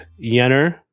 Yenner